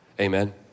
Amen